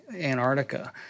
Antarctica